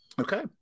Okay